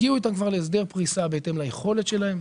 הגיעו איתם כבר להסדר פריסה בהתאם ליכולת שלהם,